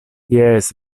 jes